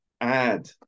add